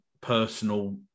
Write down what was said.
personal